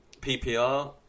PPR